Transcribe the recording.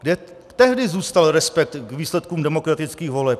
Kde tehdy zůstal respekt k výsledkům demokratických voleb?